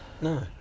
No